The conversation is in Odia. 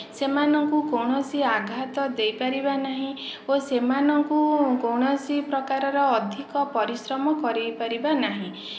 ସେମାନଙ୍କୁ କୌଣସି ଆଘାତ ଦେଇପାରିବା ନାହିଁ ଓ ସେମାନଙ୍କୁ କୌଣସି ପ୍ରକାରର ଅଧିକ ପରିଶ୍ରମ କରାଇ ପାରିବା ନାହିଁ